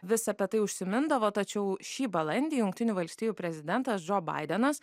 vis apie tai užsimindavo tačiau šį balandį jungtinių valstijų prezidentas džo baidenas